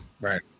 Right